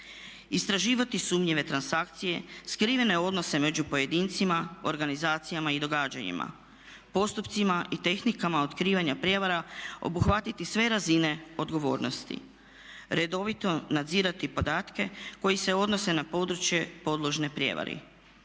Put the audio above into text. Istraživati sumnjive transakcije, skrivene odnose među pojedincima, organizacijama i događanjima. Postupcima i tehnikama otkrivanja prijevara obuhvatiti sve razine odgovornosti. Redovito nadzirati podatke koji se odnose na područje podložno prijevari.